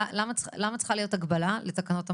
למה צריכה להיות הגבלה לתקנות המכשירים,